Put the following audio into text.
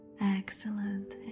Excellent